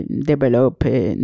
develop